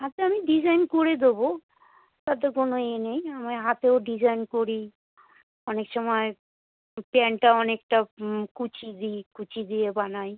আচ্ছা আমি ডিজাইন করে দেবো তাতে কোনও ইয়ে নেই আমি হাতেও ডিজাইন করি অনেক সময় প্যান্টটা অনেকটা কুঁচি দিই কুঁচি দিয়ে বানাই